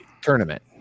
Tournament